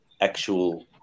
actual